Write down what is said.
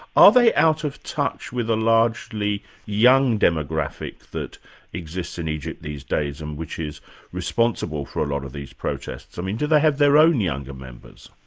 are they out of touch with a largely young demographic that exists in egypt these days and which is responsible for a lot of these protests? i mean do they have their own younger members?